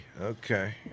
Okay